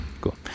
Cool